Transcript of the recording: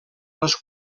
les